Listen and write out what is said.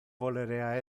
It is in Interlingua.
volerea